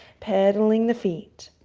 pedaling the feet.